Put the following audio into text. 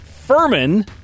Furman